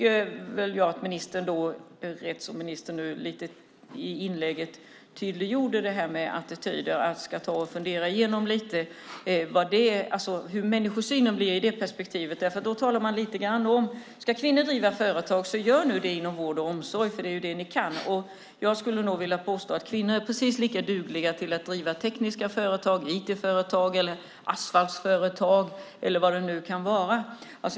Eftersom ministern i sitt inlägg tydliggjorde det här med attityder tycker jag att man ska ta och fundera igenom lite hur människosynen blir i det perspektivet. Ska ni kvinnor driva företag, så gör nu det inom vård och omsorg, för det är det ni kan. Jag skulle nog vilja påstå att kvinnor är precis lika dugliga till att driva tekniska företag, IT-företag, asfaltsföretag eller vad det nu kan vara.